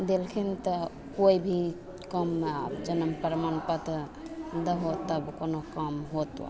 देलखिन तऽ कोइ भी काममे जनम प्रमाणपत्र देबहो तब कोनो काम होतऽ